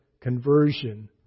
conversion